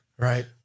Right